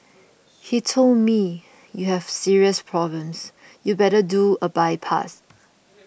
he told me you have serious problems you better do a bypass